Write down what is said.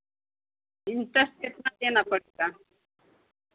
interest कितना देना पड़ेगा